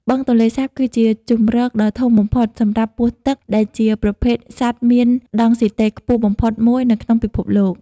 បឹងទន្លេសាបគឺជាជម្រកដ៏ធំបំផុតសម្រាប់ពស់ទឹក ដែលជាប្រភេទសត្វមានដង់ស៊ីតេខ្ពស់បំផុតមួយនៅក្នុងពិភពលោក។